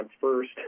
first